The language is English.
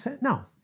no